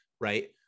right